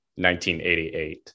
1988